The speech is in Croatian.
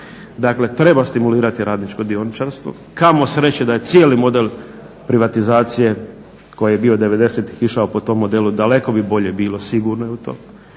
Dakle treba stimulirati radničko dioničarstvo, kamo sreće da je cijeli model privatizacije koji je bio '90.-tih išao po tom modelu, daleko bi bolje bilo, sigurno je to,